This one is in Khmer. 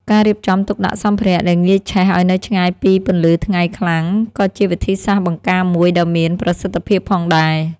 ការរៀបចំទុកដាក់សម្ភារៈដែលងាយឆេះឱ្យនៅឆ្ងាយពីពន្លឺថ្ងៃខ្លាំងក៏ជាវិធីសាស្ត្របង្ការមួយដ៏មានប្រសិទ្ធភាពផងដែរ។